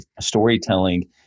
storytelling